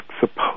supposed